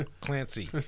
Clancy